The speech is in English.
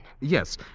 Yes